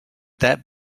that